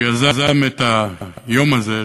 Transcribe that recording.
שיזם את היום הזה,